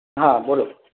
હા બોલો